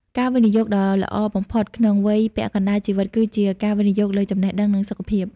ការវិនិយោគដ៏ល្អបំផុតក្នុងវ័យពាក់កណ្តាលជីវិត គឺការវិនិយោគលើ "ចំណេះដឹង" និង "សុខភាព"។